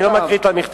אני לא מקריא את המכתב.